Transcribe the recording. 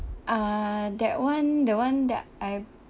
uh that one the one that I